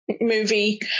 Movie